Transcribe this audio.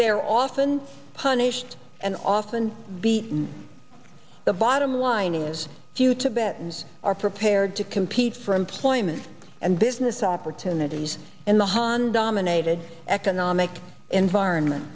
they're often punished and often beaten the bottom line is few tibetans are prepared to compete for employment and business opportunities in the han dominated economic environment